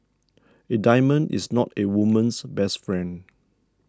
a diamond is not a woman's best friend